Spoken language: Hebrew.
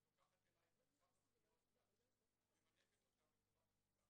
שאת לוקחת אלייך את התכניות ואת ממנפת אותן לטובת המגזר,